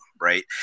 right